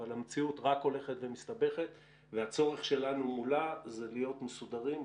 אבל המציאות רק הולכת ומסתבכת והצורך שלנו מולה זה להיות מסודרים,